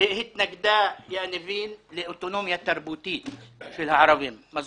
התנגדה לאוטונומיה תרבותית של הערבים אבל